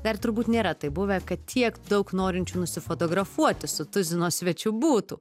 dar turbūt nėra taip buvę kad tiek daug norinčių nusifotografuoti su tuzino svečiu būtų